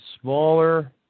smaller